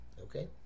Okay